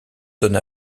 donne